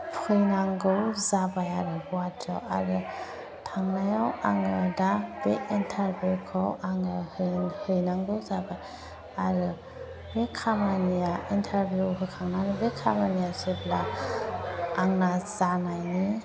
फैनांगौ जाबाय आरो गुवाहाटीआव आरो थांनायाव आङो दा बे इन्टारभिउखौ आङो हैनांगौ जाबाय आरो बे खामानिया इन्टारभिउ होखांनानै बे खामानिया जेब्ला आंना जानायनि